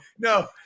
no